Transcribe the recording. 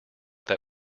that